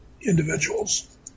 individuals